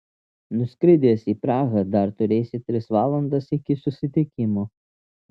nuskridęs į prahą dar turėsi tris valandas iki susitikimo